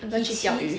uncle 去钓鱼